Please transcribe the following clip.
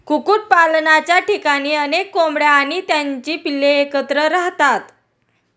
कुक्कुटपालनाच्या ठिकाणी अनेक कोंबड्या आणि त्यांची पिल्ले एकत्र राहतात